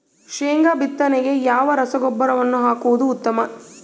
ಶೇಂಗಾ ಬಿತ್ತನೆಗೆ ಯಾವ ರಸಗೊಬ್ಬರವನ್ನು ಹಾಕುವುದು ಉತ್ತಮ?